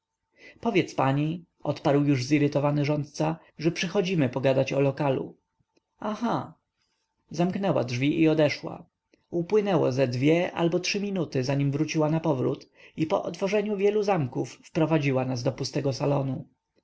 powiedz pani odparł już zirytowany rządca że przychodzimy pogadać o lokalu aha zamknęła drzwi i odeszła upłynęło ze dwie albo trzy minuty zanim wróciła napowrót i po otworzeniu wielu zamków wprowadziła nas do pustego salonu